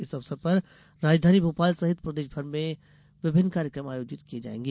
इस अवसर पर राजधानी भोपाल सहित प्रदेश भर में विभिन्न कार्यक्रम आयोजित किये जायेंगे